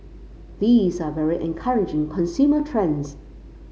these are very encouraging consumer trends